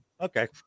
Okay